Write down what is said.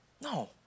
No